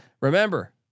Remember